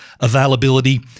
availability